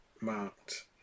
marked